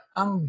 ang